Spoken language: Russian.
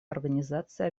организации